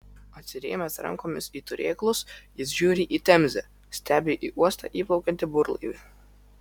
atsirėmęs rankomis į turėklus jis žiūri į temzę stebi į uostą įplaukiantį burlaivį